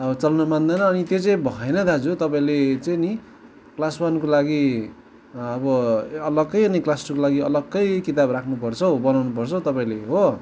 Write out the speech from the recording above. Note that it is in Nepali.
अब चल्नु मान्दैन अनि त्यो चाहिँ भएन दाजु तपाईँले चाहिँ नि क्लास वनको लागि अब अलगै अनि क्लास टूको लागि अलगै किताब राख्नुपर्छ हौ बनाउनुपर्छ हौ तपाईँले हो